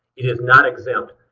it is not exempt.